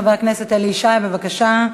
חבר הכנסת אלי ישי, בבקשה.